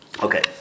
Okay